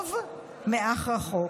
קרוב מאח רחוק".